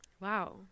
Wow